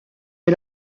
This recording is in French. est